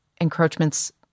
encroachment's